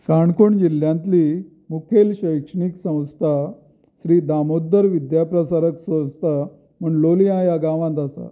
काणकोण जिल्ल्यांतली मुखेल शैक्षणिक संस्था श्री दामोदर विद्याप्रसारक संस्था म्हूण लोलयां ह्या गांवांत आसा